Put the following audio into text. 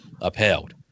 upheld